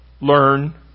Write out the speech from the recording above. learn